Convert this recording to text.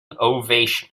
ovation